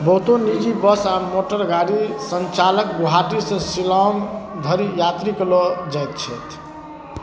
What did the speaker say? बहुतो निजी बस आओर मोटरगाड़ी सञ्चालक गोहाटीसँ शिलाँङ्ग धरि यात्रीके लऽ जाइत छथि